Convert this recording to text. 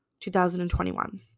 2021